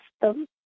system